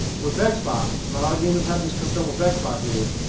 with and xbox and a lot of gamers have this concern with xbox xbox is